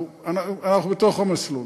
אנחנו בתוך המסלול.